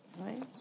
right